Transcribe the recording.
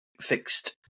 fixed